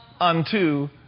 unto